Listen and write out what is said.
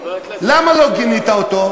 למה לא גינית אותו?